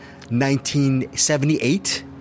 1978